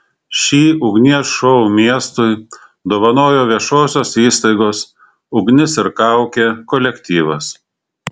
šį ugnies šou miestui dovanojo viešosios įstaigos ugnis ir kaukė kolektyvas